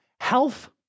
health